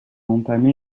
entamé